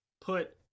put